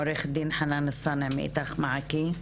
עו"ד, מ"איתך מעכי".